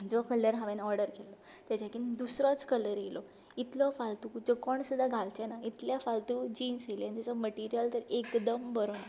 जो कलर हांवें ऑर्डर केल्लो ताच्याकीन दुसरोच कलर आयलो इतलो फालतू जें कोण सुद्दां घालचे ना इतलें फालतू जीन्स दिलें ताजो मटिरीयल तर एकदम बरो ना